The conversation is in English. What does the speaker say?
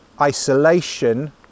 isolation